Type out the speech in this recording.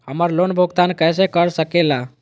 हम्मर लोन भुगतान कैसे कर सके ला?